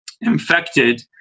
infected